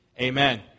Amen